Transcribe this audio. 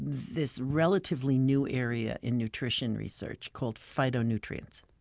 this relatively new area in nutrition research called phytonutrients.